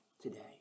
today